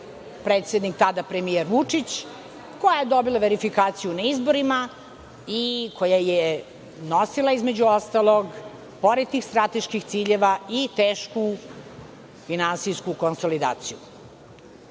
predsednik, tada premijer, Vučić, koja je dobila verifikaciju na izborima i koja je nosila, između ostalog, pored tih strateških ciljeva i tešku finansijsku konsolidaciju. To